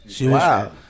Wow